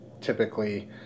typically